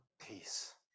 peace